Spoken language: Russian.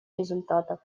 результатов